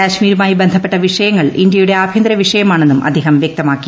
കാശ്മീരുമായി ബന്ധപ്പെട്ട വിഷയങ്ങൾ ഇന്ത്യയുടെ ആഭ്യന്തര വിഷയമാണെന്നും അദ്ദേഹം വ്യക്തമാക്കി